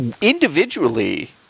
individually